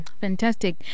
Fantastic